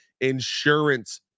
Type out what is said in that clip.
insurance